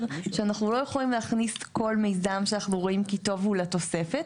שאנחנו לא יכולים להכניס כל מיזם שאנחנו רואים כי טוב הוא לתוספת.